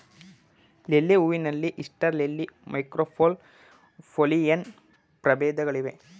lily ಹೂವಿನಲ್ಲಿ Easter lily, Marco Polo, Pollyanna ಪ್ರಭೇದಗಳಿವೆ